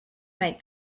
make